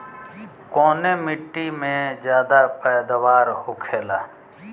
कवने मिट्टी में ज्यादा पैदावार होखेला?